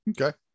okay